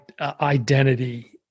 identity